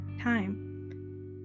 time